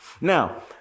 Now